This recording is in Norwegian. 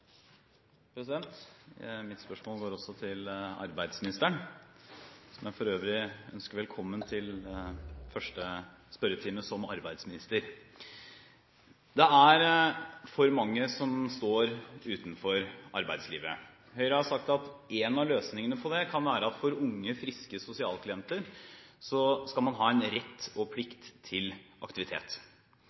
Mitt spørsmål går også til arbeidsministeren, som jeg for øvrig ønsker velkommen til første spørretime som arbeidsminister. Det er for mange som står utenfor arbeidslivet. Høyre har sagt at en av løsningene på det kan være at unge, friske sosialklienter skal ha en rett og plikt til aktivitet.